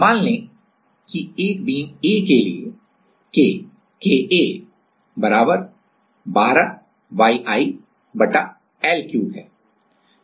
मान लें कि एक बीम A के लिए K KA 12YI L3 है